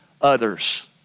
others